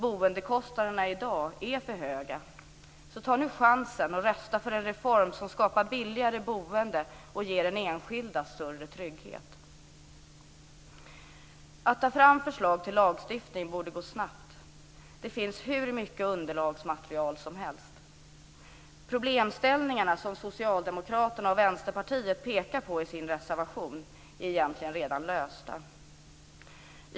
Boendekostnaderna i dag är för höga. Så ta nu chansen och rösta för en reform som skapar billigare boende och ger de enskilda större trygghet! Att ta fram förslag till lagstiftning borde gå snabbt. Det finns hur mycket underlagsmaterial som helst. Problemställningarna som Socialdemokraterna och Vänsterpartiet pekar på i sin reservation är egentligen redan lösta.